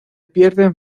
pierden